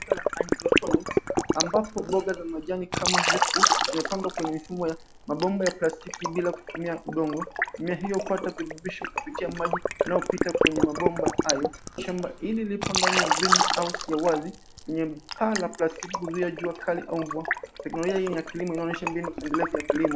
Mfumo wa mimea wa hydroponics , ambapo mboga za majani kama lettuce zimepandwa kwenye vifungo ya mabomba ya plastiki bila kutumia udongo. Mimea hiyo hupata virutubisho kupitia maji yanayopita kwenye mabomba hayo. Shamba hili lipo ndani ya mblain au usia wazi yenye paa la plastiki kuzuia jua kali au mvua. Teknolojia hii ni ya kilimo inaonuesha mbinu endelevu ya kilimo.